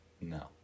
No